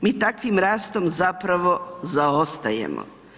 Mi takvim rastom zapravo zaostajemo.